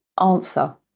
Answer